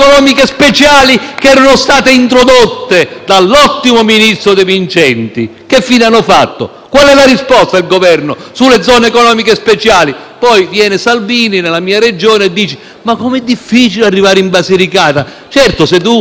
Qual è la risposta del Governo sulle zone economiche speciali? Poi viene Salvini nella mia Regione e dice: «Ma quanto è difficile arrivare in Basilicata!»; certo, se tu col tuo Governo non stanzi 450 milioni per l'elettrificazione della tratta tra Salerno,